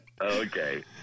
okay